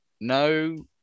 No